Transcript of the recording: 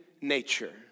nature